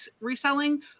reselling